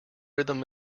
rhythm